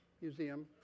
Museum